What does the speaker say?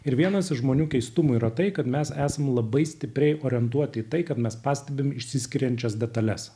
ir vienas žmonių keistumų yra tai kad mesesame labai stipriai orientuoti į tai kad mes pastebim išsiskiriančias detales